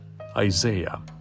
Isaiah